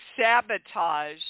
sabotage